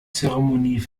zeremonie